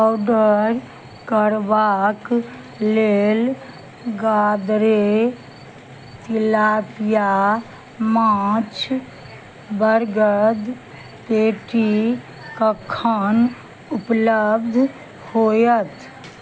order करबाक लेल गादरे तिलापिया माछ बरगद पेटी कखन उपलब्ध होयत